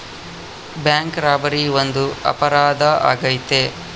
bank robbery ಒಂದು ಅಪರಾಧ ಆಗೈತೆ